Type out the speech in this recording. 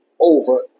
over